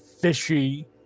fishy